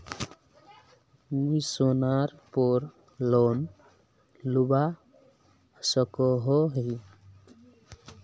मुई सोनार पोर लोन लुबा सकोहो ही?